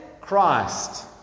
Christ